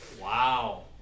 Wow